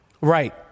Right